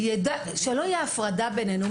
ושלא תהיה הפרדה בנינו.